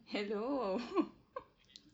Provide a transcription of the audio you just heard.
hello